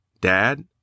dad